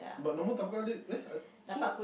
but no more thumb guard it there eh so